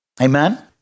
Amen